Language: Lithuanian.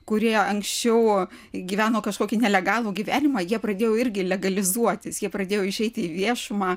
kurie anksčiau gyveno kažkokį nelegalų gyvenimą jie pradėjo irgi legalizuotis jie pradėjo išeiti į viešumą